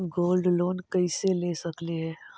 Gold loan कैसे ले सकली हे?